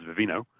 Vivino